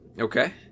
Okay